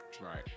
Right